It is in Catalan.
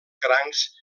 crancs